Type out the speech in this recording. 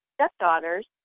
stepdaughters